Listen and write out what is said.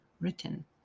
written